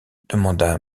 demanda